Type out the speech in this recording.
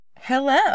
Hello